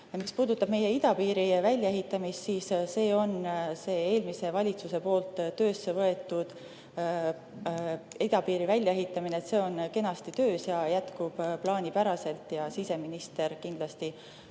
Mis puudutab meie idapiiri väljaehitamist, siis eelmise valitsuse poolt töösse võetud idapiiri väljaehitamine on kenasti töös ja jätkub plaanipäraselt. Siseminister oskaks